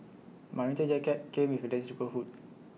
my winter jacket came with A detachable hood